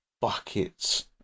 buckets